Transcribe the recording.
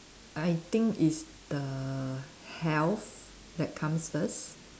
I think is the health that comes first